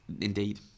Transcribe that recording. Indeed